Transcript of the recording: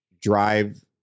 drive